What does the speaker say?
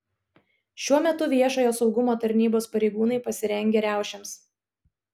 šiuo metu viešojo saugumo tarnybos pareigūnai pasirengę riaušėms